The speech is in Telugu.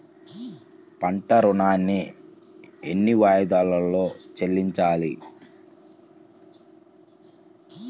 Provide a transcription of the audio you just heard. పంట ఋణాన్ని ఎన్ని వాయిదాలలో చెల్లించాలి?